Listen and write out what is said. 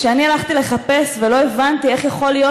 כשאני הלכתי לחפש ולא הבנתי איך יכול להיות